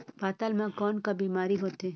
पातल म कौन का बीमारी होथे?